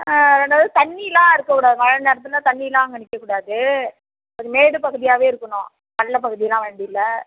ஆ ரெண்டாவது தண்ணிலாம் இருக்கக்கூடாது மழை நேரத்தில் தண்ணிலாம் அங்கே நிற்கக்கூடாது அது மேடு பகுதியாகவே இருக்கணும் பள்ளம் பகுதிலாம் வேண்டியிதில்ல